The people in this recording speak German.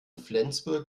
flensburg